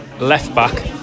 left-back